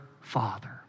father